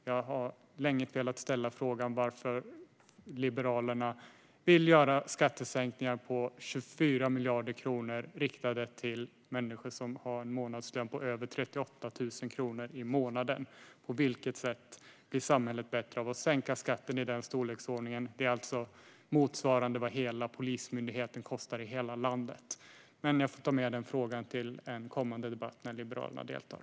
Jag har länge velat ställa frågan varför Liberalerna vill göra skattesänkningar med 24 miljarder kronor riktade till människor som har en månadslön på över 38 000 kronor i månaden. På vilket sätt blir samhället bättre av att man sänker skatten i den storleksordningen? Det motsvarar vad Polismyndigheten kostar i hela landet. Men jag får ta med den frågan till en kommande debatt där Liberalerna deltar.